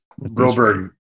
Broberg